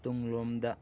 ꯇꯨꯡꯂꯣꯝꯗ